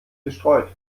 gestreut